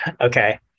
Okay